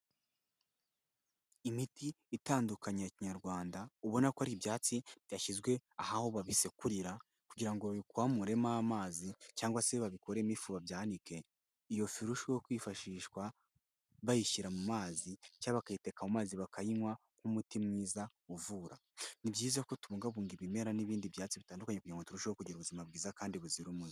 Imiti itandukanye ya kinyarwanda ubona ko ari ibyatsi byashyizwe aho babisekurira kugira ngo ba bikamuremo amazi cyangwa se babikoremo ifu babike. Iyo fu irusheho kwifashishwa bayishyira mu mazi cyangwa bakayiteka mu amazi bakayinywa nk'umuti mwiza uvura. Ni byiza ko tubungabunga ibimera n'ibindi byatsi bitandukanye kugira ngo turusheho kugira ubuzima bwiza kandi buzira umuze.